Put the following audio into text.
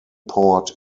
port